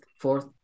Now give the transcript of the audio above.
fourth